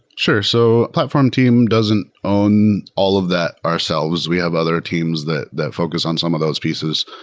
sure. so platform team doesn't own all of that ourselves. we have other teams that that focus on some of those pieces.